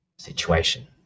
situation